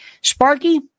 Sparky